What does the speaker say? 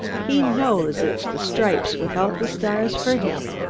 he knows it's the stripes without the stars for him.